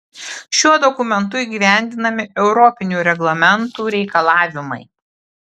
šiuo dokumentu įgyvendinami europinių reglamentų reikalavimai